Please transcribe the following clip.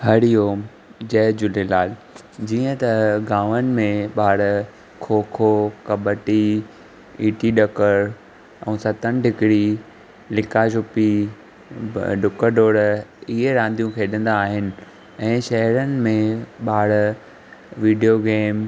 हरिओम जय झूलेलाल जीअं त गांवनि में ॿार खो खो कॿडी ॾीटी ॾकर ऐं सतनि डिकरी लिका छुपी डुक दौड़ इहे रांदियूं खेॾंदा आहिनि ऐं शहरनि में ॿार विडियो गेम